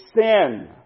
sin